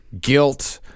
guilt